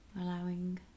Allowing